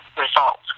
results